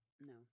No